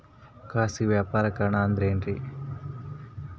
ಖಾಸಗಿ ವ್ಯಾಪಾರಿಕರಣ ಅಂದರೆ ಏನ್ರಿ?